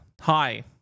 Hi